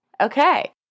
Okay